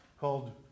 called